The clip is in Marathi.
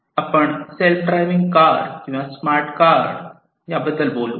आपण सेल्फ ड्रायव्हिंग कार किंवा स्मार्ट कार याबद्दल बोलू